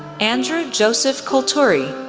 andrew joseph colturi,